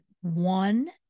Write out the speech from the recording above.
one